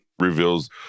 reveals